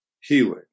healing